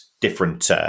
Different